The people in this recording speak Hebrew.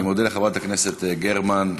אני מודה לחברת הכנסת גרמן,